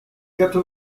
quatre